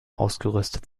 ausgerüstet